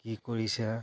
কি কৰিছা